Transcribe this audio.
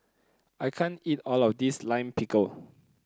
I can't eat all of this Lime Pickle